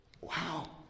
Wow